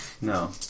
No